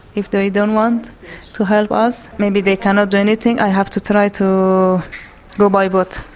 if they don't want to help us, maybe they cannot do anything, i have to try to go by boat.